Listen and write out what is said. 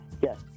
Yes